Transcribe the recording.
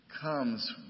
comes